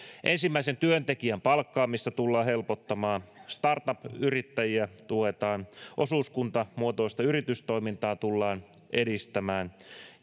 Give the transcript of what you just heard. ensimmäisen työntekijän palkkaamista tullaan helpottamaan startup yrittäjiä tuetaan osuuskuntamuotoista yritystoimintaa tullaan edistämään